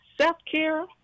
self-care